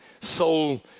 soul